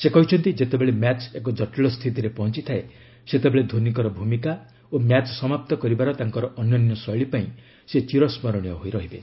ସେ କହିଛନ୍ତି ଯେତେବେଳେ ମ୍ୟାଚ୍ ଏକ ଜଟିଳ ସ୍ଥିତିରେ ପହଞ୍ଚିଥାଏ ସେତେବେଳେ ଧୋନିଙ୍କର ଭୂମିକା ଓ ମ୍ୟାଚ୍ ସମାପ୍ତ କରିବାର ତାଙ୍କର ଅନନ୍ୟ ଶୈଳୀ ପାଇଁ ସେ ଚିର ସ୍କରଣୀୟ ହୋଇ ରହିବେ